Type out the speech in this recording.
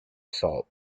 assault